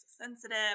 sensitive